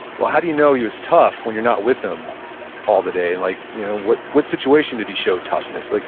well, how do you know you is tough when you're not with him all the day? and like you know what what situation did he show toughness? like